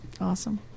awesome